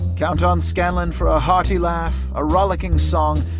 count on scanlan for a hearty laugh, a rollicking song,